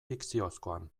fikziozkoan